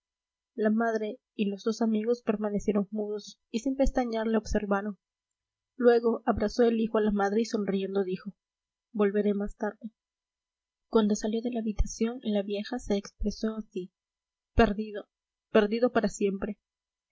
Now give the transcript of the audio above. la madre y los dos amigos permanecieron mudos y sin pestañear le observaron luego abrazó el hijo a la madre y sonriendo dijo volveré más tarde cuando salió de la habitación la vieja se expresó así perdido perdido para siempre